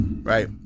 right